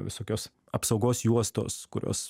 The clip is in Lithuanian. visokios apsaugos juostos kurios